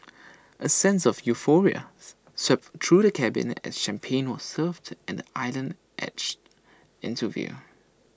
A sense of euphoria swept through the cabin as champagne was served and island edged into view